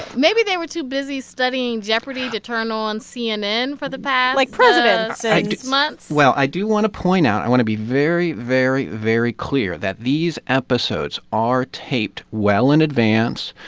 maybe they were too busy studying jeopardy to turn on cnn for the past. like presidents and. six months well, i do want to point out i want to be very, very, very clear that these episodes are taped well in advance,